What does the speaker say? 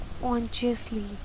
consciously